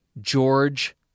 George